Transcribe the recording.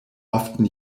often